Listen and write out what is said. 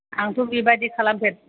आंथ' बेबादि खालामफेराखै